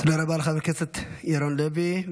תודה רבה לחבר הכנסת ירון לוי.